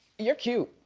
you're cute,